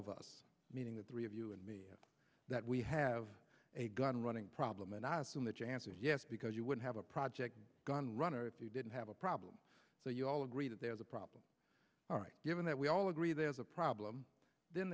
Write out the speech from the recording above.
of us meaning the three of you and me that we have a gun running problem and i assume the chances yes because you would have a project gunrunner if you didn't have a problem so you all agree that there's a problem all right given that we all agree there's a problem then